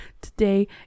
Today